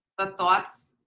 the thoughts?